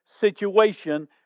situation